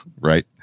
right